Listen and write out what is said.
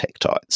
tectites